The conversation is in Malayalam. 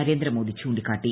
നരേന്ദ്ര മോദി ചൂണ്ടിക്കാട്ടി